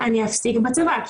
אני אפסיק בצבא.